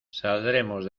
saldremos